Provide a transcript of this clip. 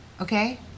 Okay